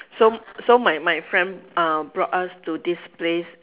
so so my my friend uh brought us to this place